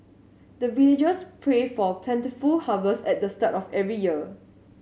the villagers pray for plentiful harvest at the start of every year